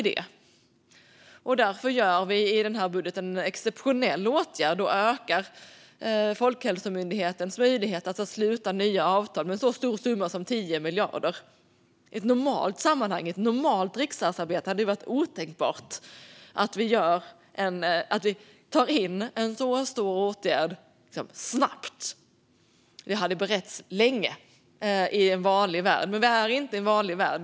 Därför vidtar vi i den här budgeten en exceptionell åtgärd och ökar Folkhälsomyndighetens möjligheter att sluta nya avtal med en så stor summa som 10 miljarder. I normalt riksdagsarbete hade det varit otänkbart att ta in en så stor åtgärd snabbt. Det skulle ha beretts länge i en vanlig värld. Men nu är vi inte i en vanlig värld.